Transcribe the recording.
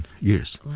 years